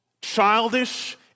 childish